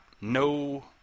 no